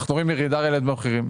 אנחנו רואים ירידה במחירים.